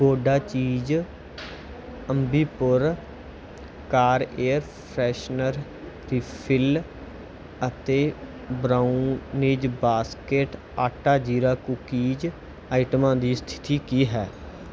ਓਡਾ ਚੀਜ਼ Ambi Pur car air freshener refill ਅਤੇ brown maze basket ਆਟਾ ਜੀਰਾ ਕੁਕੀਜ ਆਈਟਮਾਂ ਦੀ ਸਥਿਤੀ ਕੀ ਹੈ